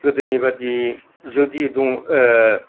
गोदोनि बादि जुदि दङ